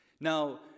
Now